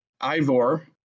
Ivor